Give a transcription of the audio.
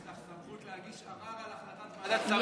יש לך סמכות להגיש ערר על החלטת ועדת שרים לחקיקה.